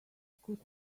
could